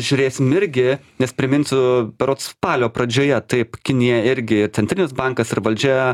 žiūrėsim irgi nes priminsiu berods spalio pradžioje taip kinija irgi centrinis bankas ir valdžia